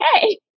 hey